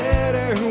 better